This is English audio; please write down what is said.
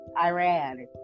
Iran